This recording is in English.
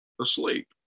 asleep